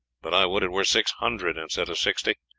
but i would it were six hundred instead of sixty.